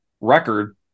record